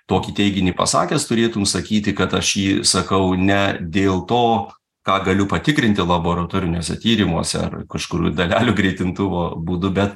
tokį teiginį pasakęs turėtum sakyti kad aš jį sakau ne dėl to ką galiu patikrinti laboratoriniuose tyrimuose ar kažkur dalelių greitintuvo būdu bet